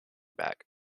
back